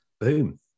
Boom